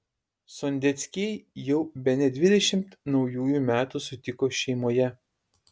sondeckiai jau bene dvidešimt naujųjų metų sutiko šeimoje